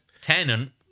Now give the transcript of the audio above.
Tenant